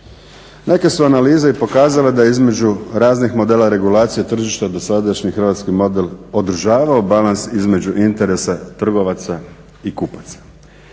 Neke su analize pokaze da između raznih modela regulacije tržišta dosadašnji hrvatski model održavao balans između interesa trgovaca i kupaca.